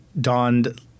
donned